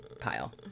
pile